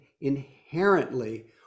inherently